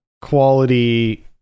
quality